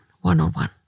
one-on-one